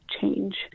change